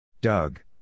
Doug